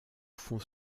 fonds